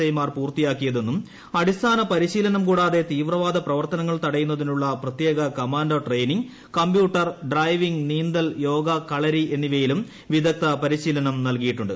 I മാർ പൂർത്തിയാക്കിയതെന്നും അടിസ്ഥാന പരിശീലനം കൂടാതെ തീവ്രവാദ പ്രവർത്തനങ്ങൾ തടയുന്നതിനുളള പ്രത്യേക കമാന്റോ ട്രെയിനിങ് കമ്പ്യൂട്ടർ ഡ്രൈവിങ് നീന്തൽ യോഗ കളരി എന്നിവയിലും വിദഗ്ദ്ധ പരിശീലനം നൽകിയിട്ടുണ്ട്